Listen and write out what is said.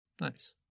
Nice